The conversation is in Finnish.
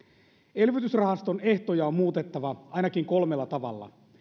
elvytysrahaston ehtoja on muutettava ainakin kolmella tavalla